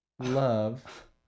love